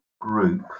group